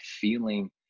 feeling